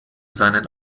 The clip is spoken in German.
seinen